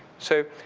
so,